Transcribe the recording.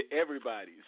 Everybody's